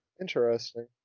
interesting